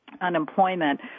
unemployment